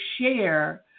share